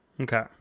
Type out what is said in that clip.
okay